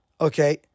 Okay